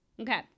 Okay